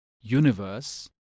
universe